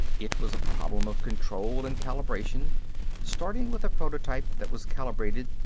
it was a problem of control and calibration starting with a prototype that was calibrated,